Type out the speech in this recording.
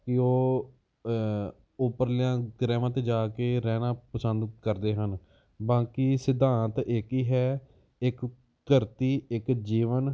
ਕਿ ਉਹ ਉੱਪਰਲਿਆਂ ਗ੍ਰਹਿਵਾਂ 'ਤੇ ਜਾ ਕੇ ਰਹਿਣਾ ਪਸੰਦ ਕਰਦੇ ਹਨ ਬਾਕੀ ਸਿਧਾਂਤ ਇੱਕ ਹੀ ਹੈ ਇੱਕ ਧਰਤੀ ਇੱਕ ਜੀਵਨ